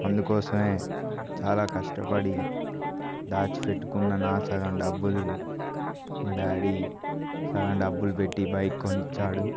అందుకోసమే చాలా కష్టపడి దాచిపెట్టుకున్న నా సగం డబ్బులు మా డాడి సగం డబ్బులు పెట్టి బైక్ కొనిచ్చాడు